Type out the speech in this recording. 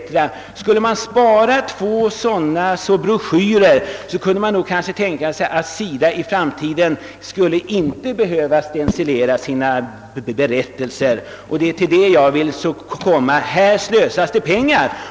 Om man sparade in kostnaderna för två sådana broschyrer kunde man kanske tänka sig att SIDA i framtiden inte skulle behöva stencilera sina berättelser. Och det är till detta jag vill komma: detta är ett slöseri med pengar.